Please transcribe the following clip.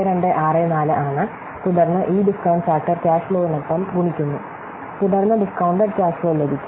8264 ആണ് തുടർന്ന് ഈ ഡിസ്കൌണ്ട് ഫാക്ടർ ക്യാഷ് ഫ്ലോവിനൊപ്പം ഗുണിക്കുന്നു തുടർന്ന് ഡികൌണ്ട്ഡെഡ് ക്യാഷ് ഫ്ലോ ലഭിക്കും